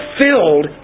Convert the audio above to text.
filled